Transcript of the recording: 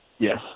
Yes